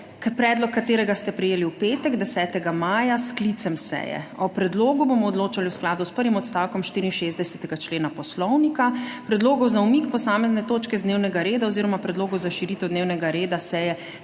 predlog katerega ste prejeli v petek, 10. maja, s sklicem seje. O predlogu bomo odločali v skladu s prvim odstavkom 64. člena Poslovnika. Predlogov za umik posamezne točke z dnevnega reda oziroma predlogov za širitev dnevnega reda seje